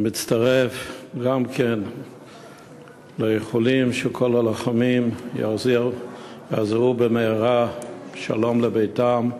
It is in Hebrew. אני מצטרף גם כן לאיחולים שכל הלוחמים יחזרו במהרה בשלום לביתם,